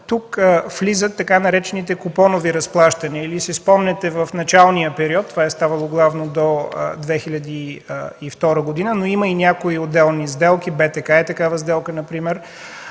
тук влизат така наречените „купонови разплащания” или си спомняте в началния период – това е ставало главно до 2002 г., но има и някои отделни сделки. БТК е такава сделка например,